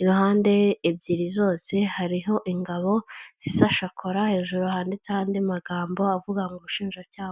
iruhande ebyiri zose hariho ingabo zisa shakora, hejuru handitseho andi magambo avuga ngo ubushinjacyaha.